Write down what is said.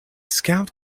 scout